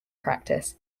practice